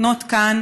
לקנות כאן